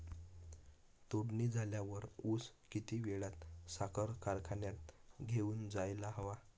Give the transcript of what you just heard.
तोडणी झाल्यावर ऊस किती वेळात साखर कारखान्यात घेऊन जायला हवा?